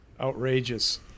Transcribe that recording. Outrageous